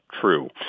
true